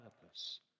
purpose